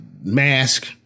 mask